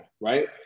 right